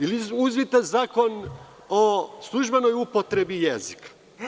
Ili, uzmite Zakon o službenoj upotrebi jezika.